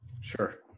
Sure